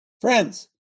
Friends